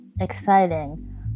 exciting